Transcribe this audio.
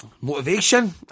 motivation